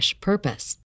purpose